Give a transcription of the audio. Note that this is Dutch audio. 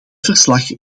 verslag